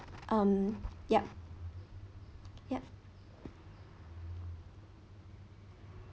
um yup yup